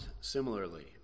similarly